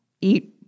eat